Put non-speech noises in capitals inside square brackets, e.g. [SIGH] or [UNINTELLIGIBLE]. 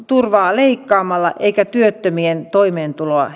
leikkaamalla eikä työttömien toimeentuloa [UNINTELLIGIBLE]